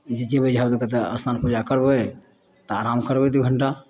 जे जेबै झब दऽ तऽ स्नान पूजा करबै आ आराम करबै दू घण्टा